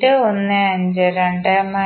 − I3 0